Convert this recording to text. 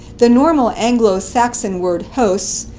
the normal anglo-saxon word hosts,